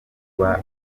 vuba